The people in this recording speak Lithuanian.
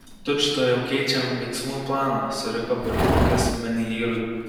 tučtuojau keičiam veiksmų planą suriko burtininkas menhyrui